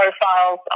profiles